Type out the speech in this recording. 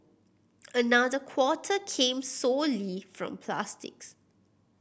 another quarter came solely from plastics